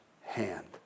hand